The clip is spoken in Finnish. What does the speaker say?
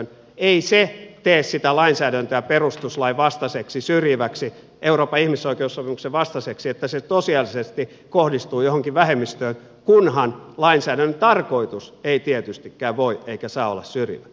ei se tee sitä lainsäädäntöä perustuslain vastaiseksi syrjiväksi euroopan ihmisoikeussopimuksen vastaiseksi että se tosiasiallisesti kohdistuu johonkin vähemmistöön kunhan lainsäädännön tarkoitus ei tietystikään voi eikä saa olla syrjivä